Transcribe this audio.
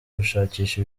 gushakisha